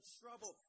trouble